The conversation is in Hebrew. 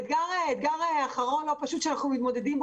אתגר אחרון ולא פשוט שאנחנו מתמודדים אתו,